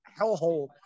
hellhole